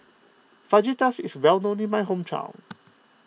Fajitas is well known in my hometown